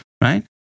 right